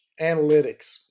analytics